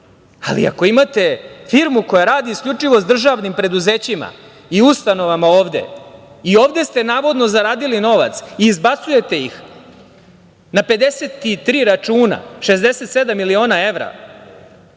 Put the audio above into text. ali ako imate firmu koja radi isključivo sa državnim preduzećima i ustanovama ovde i ovde ste navodno zaradili novac i izbacujete ih na 53 računa, 67 miliona evra,